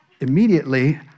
immediately